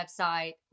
website